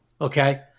okay